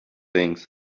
things